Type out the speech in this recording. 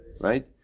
Right